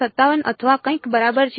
57 અથવા કંઈક બરાબર છે